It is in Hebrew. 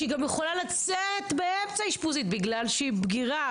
שהיא יכולה לצאת באמצע אשפוזית בגלל שהיא בגירה,